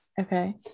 okay